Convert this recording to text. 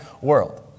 world